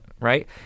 right